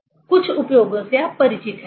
कुछ उपयोगों से आप परिचित हैं